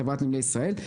חברת נמלי ישראל,